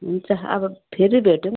हुन्छ अब फेरि भेटौँ